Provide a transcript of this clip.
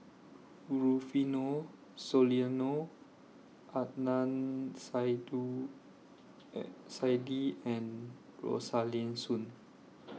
Rufino Soliano Adnan Saidi and Rosaline Soon